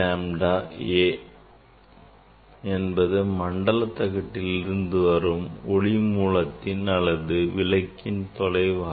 a என்பது மண்டல தகட்டில் இருந்து ஒளி மூலத்தின் அல்லது விளக்கின் தொலைவு ஆகும்